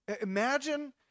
Imagine